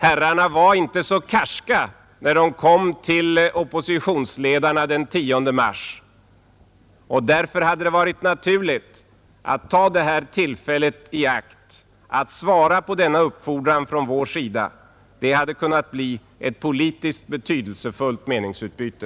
Herrarna var inte så karska när de kom till oppositionsledarna den 10 mars, och därför hade det varit naturligt att ta det här tillfället i akt att svara på denna uppfordran från vår sida. Det hade kunnat bli ett politiskt betydelsefullt meningsutbyte.